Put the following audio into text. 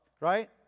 right